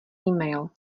email